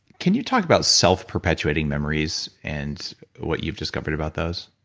can you talk about self-perpetuating memories and what you've discovered about those?